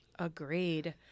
Agreed